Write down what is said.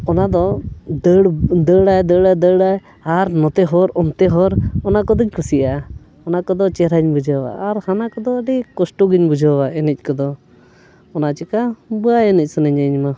ᱚᱱᱟ ᱫᱚ ᱫᱟᱹᱲ ᱫᱟᱹᱲ ᱟᱭ ᱫᱟᱹᱲᱟᱭ ᱫᱟᱹᱲᱟᱭ ᱟᱨ ᱱᱚᱛᱮ ᱦᱚᱨ ᱚᱱᱛᱮ ᱦᱚᱨ ᱚᱱᱟ ᱠᱚᱫᱚᱧ ᱠᱩᱥᱤᱭᱟᱜᱼᱟ ᱚᱱᱟ ᱠᱚᱫᱚ ᱪᱮᱦᱨᱟᱧ ᱵᱩᱡᱷᱟᱹᱣᱟ ᱟᱨ ᱦᱟᱱᱟ ᱠᱚᱫᱚ ᱟᱹᱰᱤ ᱠᱚᱥᱴᱚ ᱜᱤᱧ ᱵᱩᱡᱷᱟᱹᱣᱟ ᱮᱱᱮᱡ ᱠᱚᱫᱚ ᱚᱱᱟ ᱪᱤᱠᱟᱹ ᱵᱟᱭ ᱮᱱᱮᱡ ᱥᱟᱹᱱᱟᱹᱧᱟ ᱤᱧᱢᱟ